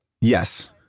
Yes